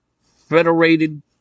federated